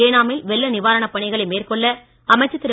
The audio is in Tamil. ஏனாமில் வெள்ள நிவாரணப் பணிகளை மேற்கொள்ள அமைச்சர் திரு